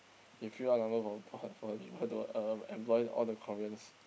he fill up number for for for people to uh employ all the Koreans